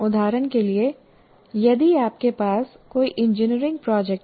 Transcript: उदाहरण के लिए यदि आपके पास कोई इंजीनियरिंग प्रोजेक्ट है